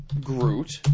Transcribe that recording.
Groot